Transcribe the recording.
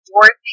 Dorothy